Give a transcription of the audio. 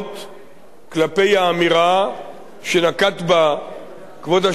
כלפי האמירה שנקט כבוד השופט גולדברג